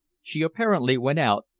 she apparently went out,